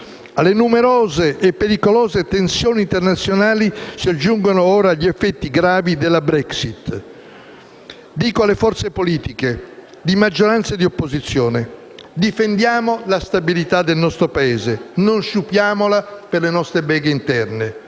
alle numerose e pericolose tensioni internazionali, si aggiungono ora gli effetti gravi della Brexit. Dico alle forze politiche di maggioranza e di opposizione: difendiamo la stabilità del nostro Paese, non sciupiamola per le nostre beghe interne.